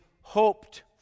hoped